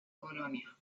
colonia